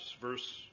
Verse